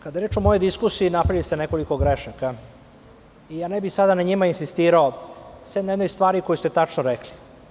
Kada je reč o mojoj diskusiji, napravili ste nekoliko grešaka i ja ne bih sada na njima insistirao, sem na jednoj stvari koju ste tačno rekli.